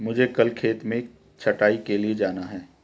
मुझे कल खेत में छटाई के लिए जाना है